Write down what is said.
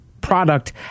product